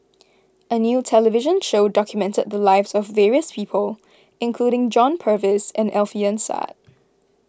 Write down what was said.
a new television show documented the lives of various people including John Purvis and Alfian Sa'At